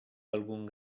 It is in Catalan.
algun